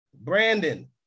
Brandon